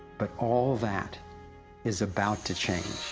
but all that is about to change!